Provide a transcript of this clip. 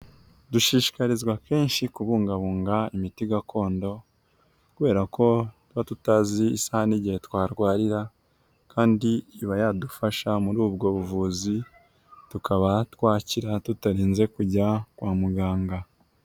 Dushishikarizwa kenshi kubungabunga imiti gakondo kubera ko tuba tutazi isaha n'igihe twarwarira kandi iba yadufasha muri ubwo buvuzi, tukaba twakira tutarinze kujya kwa muganga.